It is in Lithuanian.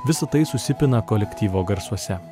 visa tai susipina kolektyvo garsuose